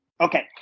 okay